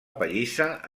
pallissa